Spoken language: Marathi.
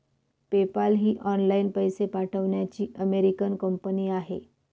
पेपाल ही ऑनलाइन पैसे पाठवण्याची अमेरिकन कंपनी आहे